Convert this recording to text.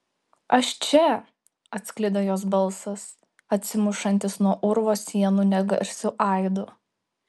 aš čia atsklido jos balsas atsimušantis nuo urvo sienų negarsiu aidu